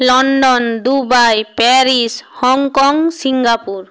London Dubai Paris Hong Kong Singapore